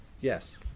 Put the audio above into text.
Yes